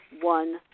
one